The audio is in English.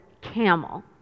camel